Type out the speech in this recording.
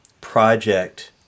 project